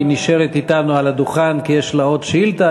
היא נשארת אתנו על הדוכן, כי יש לה עוד שאילתה.